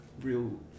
real